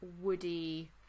woody